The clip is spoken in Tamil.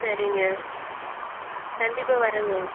சரிங்க கண்டிப்பாக வரேங்க